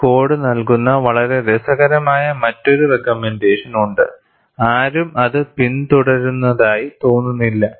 ഈ കോഡ് നൽകുന്ന വളരെ രസകരമായ മറ്റൊരു റേക്കമെൻറ്റേഷൻ ഉണ്ട് ആരും അത് പിന്തുടരുന്നതായി തോന്നുന്നില്ല